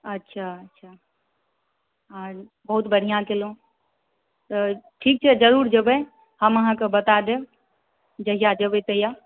अच्छा अच्छा आओर बहुत बढ़िआँ कयलहुँ तऽ ठीक छै जरूर जयबै हम अहाँक बता देब जहिआ जयबै तहिआ